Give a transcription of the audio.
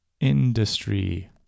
industry